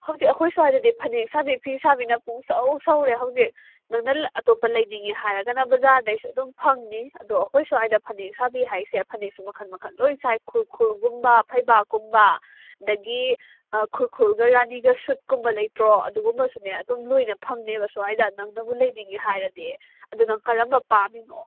ꯍꯧꯖꯤꯛ ꯑꯩꯈꯣꯏ ꯁ꯭ꯋꯥꯏꯗꯗꯤ ꯐꯅꯦꯛ ꯁꯥꯕꯤ ꯐꯤ ꯁꯥꯕꯤꯅ ꯄꯨꯡꯁꯧ ꯁꯧꯔꯦ ꯍꯧꯖꯤꯛ ꯅꯪꯅ ꯑꯇꯣꯞ ꯂꯩꯅꯤꯡꯉꯦ ꯍꯥꯏꯔꯒꯅ ꯕꯖꯥꯔꯗꯩꯁꯨ ꯑꯗꯨꯝ ꯐꯪꯅꯤ ꯑꯗꯣ ꯑꯩꯈꯣꯏ ꯁ꯭ꯋꯥꯏꯗ ꯐꯅꯦꯛ ꯁꯥꯕꯤ ꯍꯥꯏꯁꯦ ꯐꯅꯦꯛꯁꯨ ꯃꯈꯜ ꯃꯈꯜ ꯂꯣꯏꯅ ꯁꯥꯏ ꯈꯨꯔꯈꯨꯜꯒꯨꯝꯕ ꯐꯩꯕꯥꯛꯀꯨꯝꯕ ꯑꯗꯨꯗꯒꯤ ꯈꯨꯔꯈꯨꯜꯒ ꯔꯥꯅꯤꯒ ꯁꯨꯠꯀꯨꯝꯕ ꯂꯩꯇ꯭ꯔꯣ ꯑꯗꯨꯒꯨꯝꯕꯁꯨꯅꯦ ꯑꯗꯨꯝ ꯂꯣꯏꯅ ꯐꯪꯅꯦꯕ ꯁ꯭ꯋꯥꯏꯗ ꯅꯪꯅꯕꯨ ꯂꯩꯅꯤꯡꯉꯦ ꯍꯥꯏꯔꯗꯤ ꯑꯗꯣ ꯅꯪ ꯀꯔꯝꯕ ꯄꯥꯝꯃꯤꯅꯣ